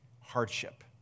hardship